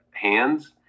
Hands